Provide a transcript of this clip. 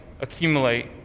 accumulate